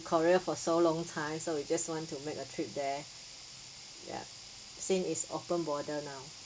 korea for so long time so we just want to make a trip there ya since it's open border now